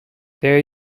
there